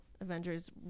Avengers